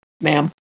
ma'am